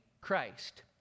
Christ